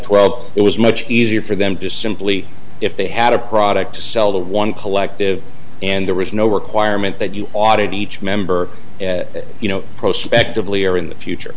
twelve it was much easier for them to simply if they had a product to sell the one collective and there was no requirement that you audit each member you know prospect of lee or in the future